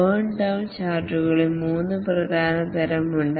burn down ചാർട്ടുകളിൽ 3 പ്രധാന തരം ഉണ്ട്